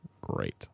Great